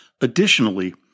Additionally